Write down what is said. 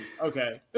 okay